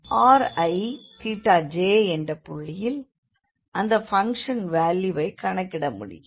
rijஎன்ற புள்ளியில் அந்த ஃபங்ஷனின் வேல்யூவை கணக்கிட முடியும்